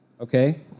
okay